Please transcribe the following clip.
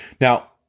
Now